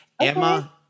Emma